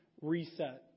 reset